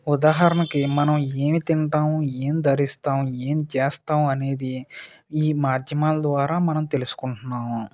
ఉదాహరణకి మనం ఏం తింటాం ఏం ధరిస్తాం ఏం చేస్తాము అనేది ఈ మాధ్యమాల ద్వారా మనం తెలుసుకుంటున్నాము